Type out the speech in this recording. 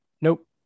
Nope